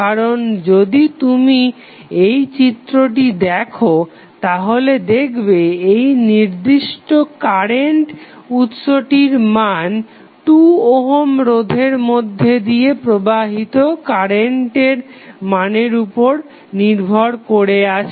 কারণ যদি তুমি এই চিত্রটি দেখো তাহলে দেখবে এই নির্দিষ্ট কারেন্ট উৎসটির মান 2 ওহম রোধের মধ্যে দিয়ে প্রবাহিত কারেন্টের মানের উপর নির্ভর করে আছে